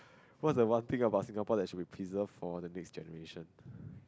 what's the one thing about Singapore that should be preserved for the next generation